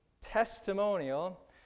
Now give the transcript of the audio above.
testimonial